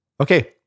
Okay